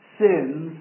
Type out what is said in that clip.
sins